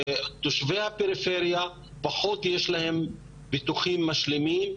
לתושבי הפריפריה יש פחות ביטוחים משלימים,